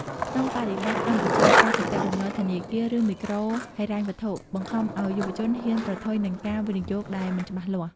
ក្នុងបរិបទកម្ពុជា ការជំពាក់បំណុលធនាគារ ឬមីក្រូហិរញ្ញវត្ថុ បង្ខំឱ្យយុវជនហ៊ានប្រថុយនឹងការវិនិយោគដែលមិនច្បាស់លាស់។